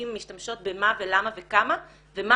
משתמשים/משתמשות במה ולמה וכמה ומה